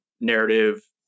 narrative